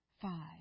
five